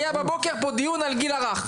היה בבוקר פה דיון על הגיל הרך.